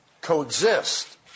coexist